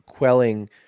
quelling